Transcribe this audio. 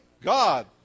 God